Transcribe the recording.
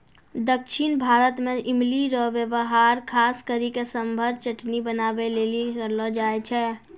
दक्षिण भारत मे इमली रो वेहवार खास करी के सांभर चटनी बनाबै लेली करलो जाय छै